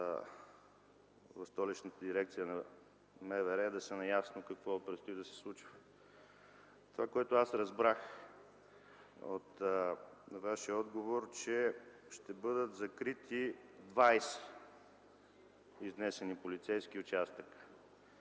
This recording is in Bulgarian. на Столичната дирекция на МВР да са наясно какво предстои да се случва. Това, което аз разбрах от Вашия отговор, е, че ще бъдат закрити 20 изнесени полицейски участъка